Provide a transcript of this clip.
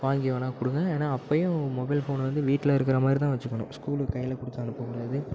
வாங்கி வேணால் கொடுங்க ஏன்னால் அப்போயும் மொபைல் ஃபோனை வந்து வீட்டில் இருக்கிற மாதிரி தான் வச்சிக்கணும் ஸ்கூலுக்கு கையில் கொடுத்து அனுப்பக்கூடாது